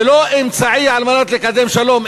ולא אמצעי לקדם שלום.